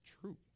true